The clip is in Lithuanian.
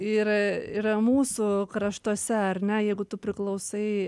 ir ir mūsų kraštuose ar ne jeigu tu priklausai